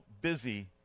busy